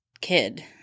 kid